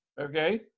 okay